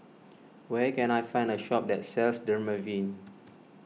where can I find a shop that sells Dermaveen